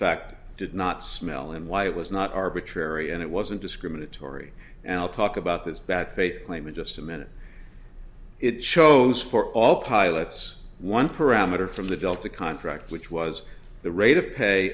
fact did not smell and why it was not arbitrary and it wasn't discriminatory and i'll talk about this back faith claim in just a minute it shows for all pilots one parameter from the delta contract which was the rate of pay